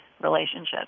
relationships